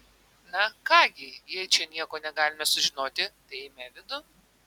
na ką gi jei čia nieko negalime sužinoti tai eime vidun